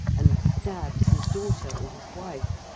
and stabs his daughter or his wife,